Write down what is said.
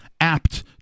apt